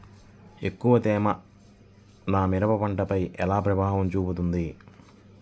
ఎక్కువ తేమ నా మిరప పంటపై ఎలా ప్రభావం చూపుతుంది?